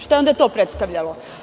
Šta je onda to predstavljalo?